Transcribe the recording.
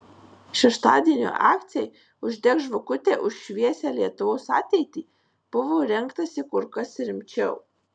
šeštadienio akcijai uždek žvakutę už šviesią lietuvos ateitį buvo rengtasi kur kas rimčiau